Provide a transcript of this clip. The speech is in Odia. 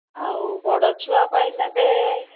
ଆଉ ବଡ଼ ଛୁଆ ପାଇଁ ନେବେ